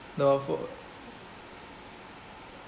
no oh for